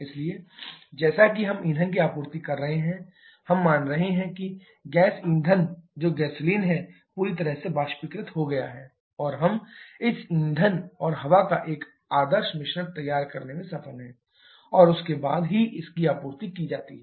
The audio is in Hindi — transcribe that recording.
इसलिए जैसा कि हम ईंधन की आपूर्ति कर रहे हैं हम मान रहे हैं कि गैस ईंधन जो गैसोलीन है पूरी तरह से वाष्पीकृत हो गया है और हम इस ईंधन और हवा का एक आदर्श मिश्रण तैयार करने में सफल हैं और उसके बाद ही इसे आपूर्ति की जाती है